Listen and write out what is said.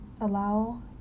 allow